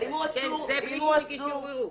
אבל אם הוא עצור --- שנתיים זה בלי שהוא הגיש ערעור בכלל.